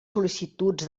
sol·licituds